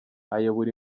ayobora